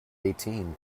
eighteen